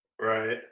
Right